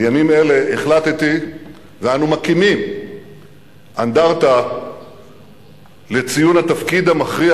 בימים אלה החלטתי ואנו מקימים אנדרטה לציון התפקיד המכריע